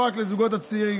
לא רק לזוגות הצעירים,